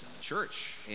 church